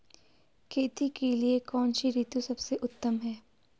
खेती के लिए कौन सी ऋतु सबसे उत्तम है?